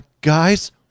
Guys